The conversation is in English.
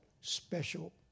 special